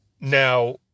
Now